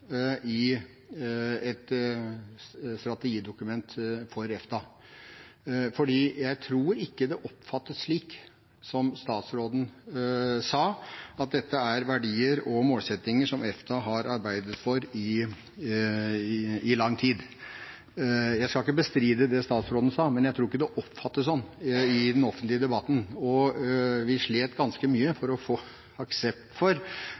i et strategidokument for EFTA, for jeg tror ikke det oppfattes slik som statsråden sa, at dette er verdier og målsettinger som EFTA har arbeidet for i lang tid. Jeg skal ikke bestride det statsråden sa, men jeg tror ikke det oppfattes sånn i den offentlige debatten. Vi slet ganske mye for å få aksept for